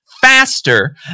faster